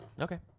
okay